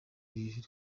biri